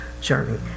journey